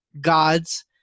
god's